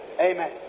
Amen